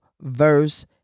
verse